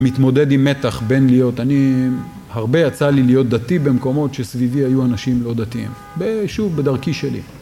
מתמודד עם מתח בין להיות, אני הרבה יצאה לי להיות דתי במקומות שסביבי היו אנשים לא דתיים, שוב בדרכי שלי.